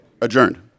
adjourned